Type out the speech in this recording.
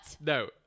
No